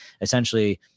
essentially